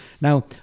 Now